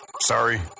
Sorry